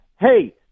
Hey